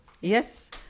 yes